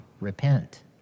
repent